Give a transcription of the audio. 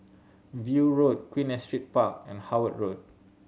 View Road Queen Astrid Park and Howard Road